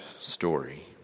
story